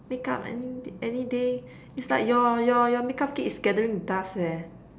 make-up any d~ any day it's like your your your make-up kit is gathering dust leh